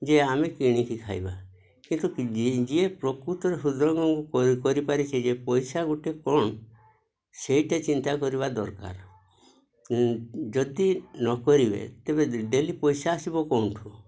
ଯେ ଆମେ କିଣିକି ଖାଇବା କିନ୍ତୁ ଯିଏ ପ୍ରକୃତରେ ହୃଦକଙ୍କୁ କରିପାରିଛେ ଯେ ପଇସା ଗୋଟିଏ କ'ଣ ସେଇଟା ଚିନ୍ତା କରିବା ଦରକାର ଯଦି ନ କରିବେ ତେବେ ଡେଲି ପଇସା ଆସିବ କେଉଁଠୁ